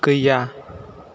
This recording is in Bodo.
गैया